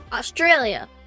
Australia